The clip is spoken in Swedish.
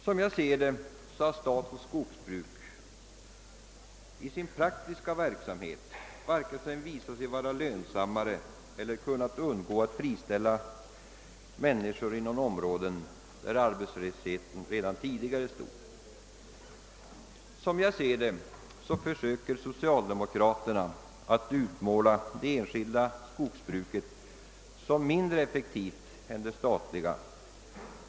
Som jag ser det har staten i sin praktiska verksamhet varken visat sig kunna driva skogsbruk lönsammare eller kunna undgå att friställa människor inom områden där arbetslösheten redan tidigare är stor. Socialdemokraterna försöker utmåla det enskilda skogsbruket som mindre effektivt än det statliga.